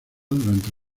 durante